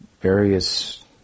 various